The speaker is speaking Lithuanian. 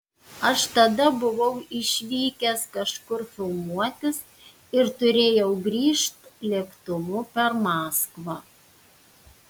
aš tada buvau išvykęs kažkur filmuotis ir turėjau grįžt lėktuvu per maskvą